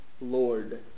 Lord